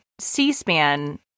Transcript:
C-SPAN